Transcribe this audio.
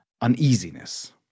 uneasiness